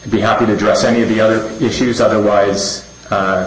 be happy to address any of the other issues otherwise